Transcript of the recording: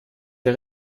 der